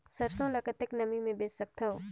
सरसो ल कतेक नमी मे बेच सकथव?